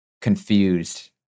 confused